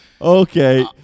Okay